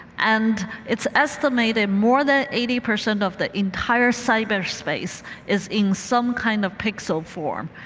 and it's estimated more than eighty percent of the entire cyberspace is in some kind of pixel form.